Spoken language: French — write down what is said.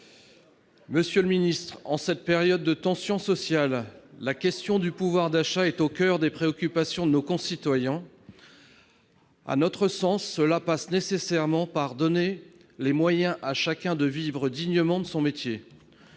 Monsieur le ministre, en cette période de tension sociale, la question du pouvoir d'achat est au coeur des préoccupations de nos concitoyens. À notre sens, cela passe nécessairement par le fait de donner les moyens à chacun de vivre dignement de son métier.